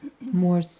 more